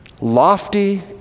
lofty